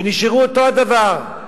ונשארו אותו דבר.